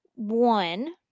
One